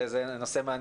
וזה נושא מעניין.